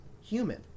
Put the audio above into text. human